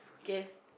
okay